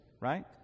right